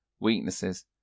weaknesses